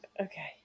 Okay